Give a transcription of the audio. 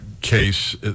case